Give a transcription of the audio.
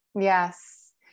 Yes